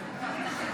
ברשותכם,